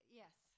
yes